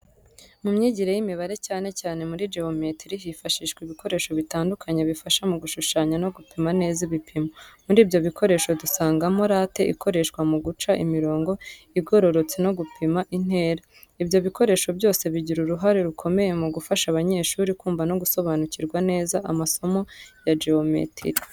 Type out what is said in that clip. Mu myigire y’imibare, cyane cyane muri geometiri, hifashishwa ibikoresho bitandukanye bifasha mu gushushanya no gupima neza ibipimo. Muri ibyo bikoresho dusangamo late ikoreshwa mu guca imirongo igororotse no gupima intera. Ibyo bikoresho byose bigira uruhare rukomeye mu gufasha abanyeshuri kumva no gusobanukirwa neza amasomo ya geometiri.